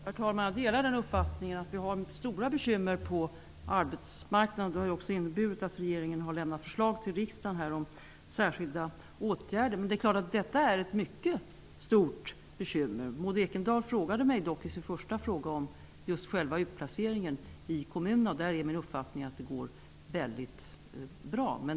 Herr talman! Jag delar uppfattningen att vi har stora bekymmer på arbetsmarknaden. De har ju också inneburit att regeringen har lämnat förslag till riksdagen om särskilda åtgärder. Det är klart att det är ett mycket stort bekymmer. Maud Ekendahl frågade mig dock i sin första fråga om själva utplaceringen i kommunerna, och i den frågan är min uppfattning att det går väldigt bra.